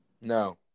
No